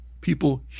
people